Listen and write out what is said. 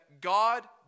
God